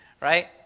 Right